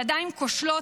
ידיים כושלות,